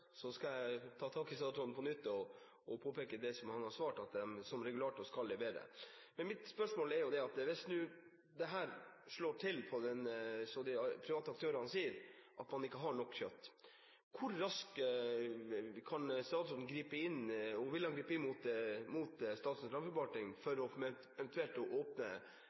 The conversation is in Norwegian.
så skal jeg ta tak i statsråden på nytt og påpeke det som han har svart: at de som regulator skal levere. Men mitt spørsmål er: Hvis det slår til, det som de private aktørene sier, at man ikke har nok kjøtt, hvor raskt kan statsråden gripe inn? Og vil han gripe inn mot Statens landbruksforvaltning for eventuelt å åpne